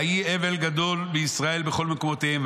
ויהי אבל גדול בישראל בכל מקומותיהם.